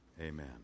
Amen